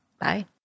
Bye